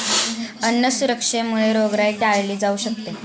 अन्न सुरक्षेमुळे रोगराई टाळली जाऊ शकते